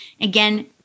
Again